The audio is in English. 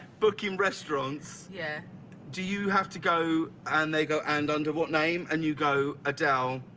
booking restaurants, yeah do you have to go and they go and under what name and you go adele.